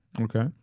Okay